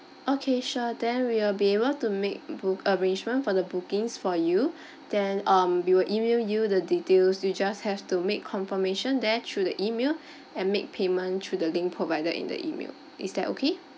okay sure then we will be able to make book~ arrangement for the bookings for you then um we will email you the details you just have to make confirmation there through the email and make payment through the link provided in the email is that okay